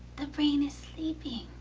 the brain is sleeping.